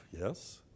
Yes